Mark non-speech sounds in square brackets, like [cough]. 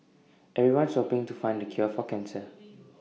everyone's shopping to find the cure for cancer [noise]